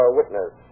witness